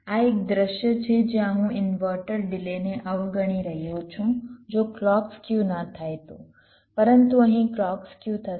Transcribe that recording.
આ એક દૃશ્ય છે જ્યાં હું ઇન્વર્ટર ડિલેને અવગણી રહ્યો છું જો ક્લૉક સ્ક્યુ ન થાય તો પરંતુ અહીં ક્લૉક સ્ક્યુ થશે